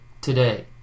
today